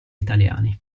italiani